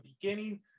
beginning